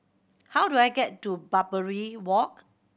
how do I get to Barbary Walk